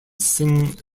sing